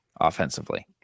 offensively